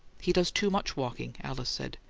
he does too much walking, alice said.